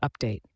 update